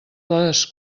les